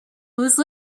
whose